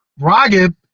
Ragib